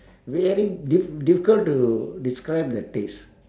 very diff~ difficult to describe the taste